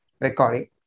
recording